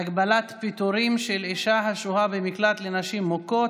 (הגבלת פיטורים של אישה השוהה במקלט לנשים מוכות),